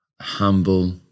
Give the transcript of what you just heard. humble